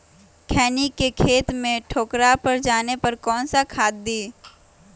खैनी के खेत में ठोकरा पर जाने पर कौन सा खाद दी?